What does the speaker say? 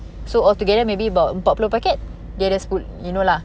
so altogether maybe about empat puluh packet they just put you know lah